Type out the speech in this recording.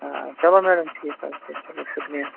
آ چلو میڈم ٹھیٖک حظ چھُ چلو شُکریہ